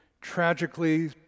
Tragically